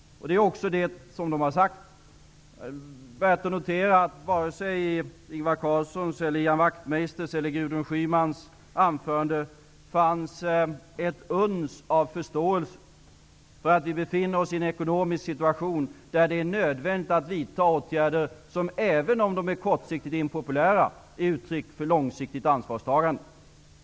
Det är också vad de har sagt. Det är värt att notera att det varken i Ingvar Carlssons, Ian Wachtmeisters eller Gudrun Schymans anförande fanns ett uns av förståelse för att vi befinner oss i en ekonomisk situation där det är nödvändigt att vidta åtgärder som även om de är kortsiktigt impopulära är uttryck för långsiktigt ansvarstagande.